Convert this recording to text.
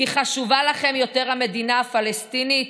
כי חשובה לכם יותר המדינה הפלסטינית,